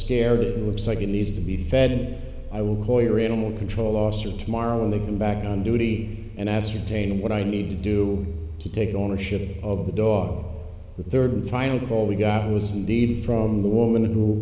scared it looks like it needs to be fed i will call your animal control officer tomorrow when they come back on duty and ascertain what i need to do to take ownership of the dog the third and final call we got was indeed from the woman who